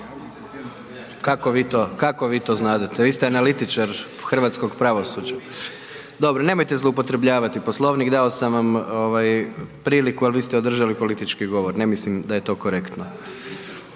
Kako vi to znadete, vi ste analitičar hrvatskog pravosuđa? Dobro, nemojte zloupotrebljavati Poslovnik, dao sam vam priliku, a vi ste održali politički govor. Ne mislim da je to korektno.